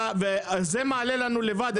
וזה מעלה לנו לבד את המחיר.